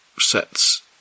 sets